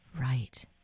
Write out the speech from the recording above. Right